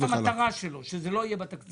המטרה שלו היא שזה לא יהיה בתקציב.